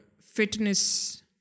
fitness